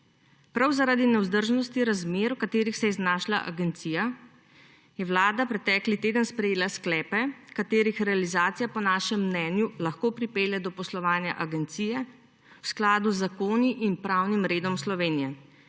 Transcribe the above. Prav zaradi nevzdržnosti razmer, v katerih se je znašla agencija, je Vlada pretekli teden sprejela sklepe, katerih realizacija po našem mnenju lahko pripelje do poslovanja agencije v skladu z zakoni in pravnim redom Slovenije.